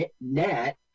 net